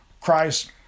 Christ